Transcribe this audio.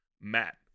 matt